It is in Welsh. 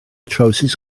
trowsus